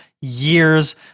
years